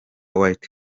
white